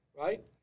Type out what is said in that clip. right